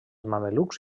mamelucs